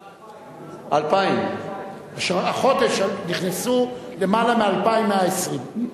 2,000. 2,000. החודש נכנסו למעלה מ-2,120,